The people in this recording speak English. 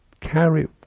carry